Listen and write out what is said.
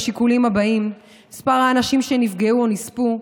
בשיקולים הבאים: מספר האנשים שנפגעו או נספו,